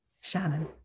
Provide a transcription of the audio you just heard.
Shannon